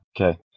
Okay